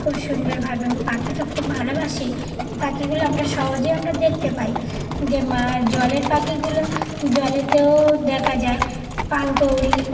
খুব সুন্দরভাবে আমি পাখি তো খুব ভালোবাসি এই পাখিগুলো আমরা সহজেই আমরা দেখতে পাই যে মাছ জলের পাখিগুলো জলেতেও দেখা যায় পানকৌড়ি